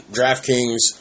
DraftKings